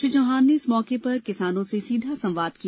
श्री चौहान ने इस मौके पर किसानों से सीधा संवाद भी किया